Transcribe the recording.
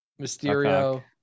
Mysterio